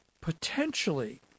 potentially